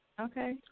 Okay